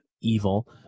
evil